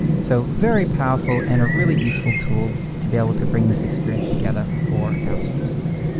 so very powerful and a really useful tool to be able to bring this experience together for our students.